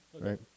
right